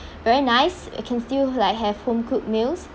very nice I can still like have home-cooked meals